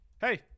Hey